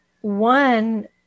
one